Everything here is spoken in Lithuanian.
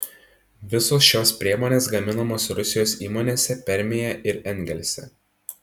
visos šios priemonės gaminamos rusijos įmonėse permėje ir engelse